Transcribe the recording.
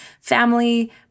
family